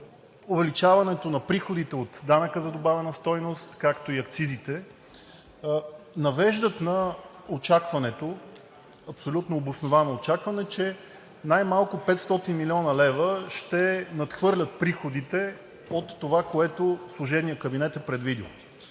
увеличаването на приходите от данъка върху добавена стойност, както и акцизите, навеждат на очакването, абсолютно обосновано очакване, че най малко 500 млн. лв. ще надхвърлят приходите от това, което служебният кабинет е предвидил.